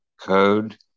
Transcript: code